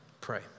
pray